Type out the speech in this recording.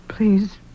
Please